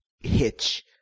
hitch